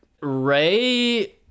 Ray